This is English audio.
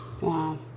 Wow